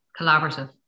Collaborative